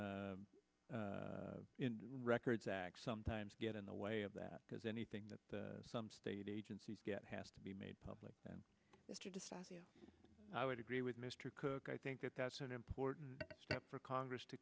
en records act sometimes get in the way of that because anything that some state agencies get has to be made public and i would agree with mr cook i think that that's an important step for congress to